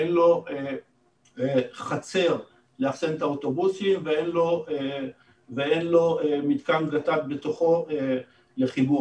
אין לו חצר לאפסן את האוטובוסים ואין לו מתקן גט"ד בתוכו לחיבור.